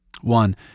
One